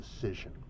decision